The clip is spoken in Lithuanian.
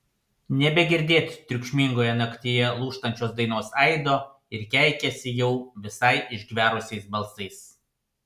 nebegirdėt triukšmingoje naktyje lūžtančios dainos aido ir keikiasi jau visai išgverusiais balsais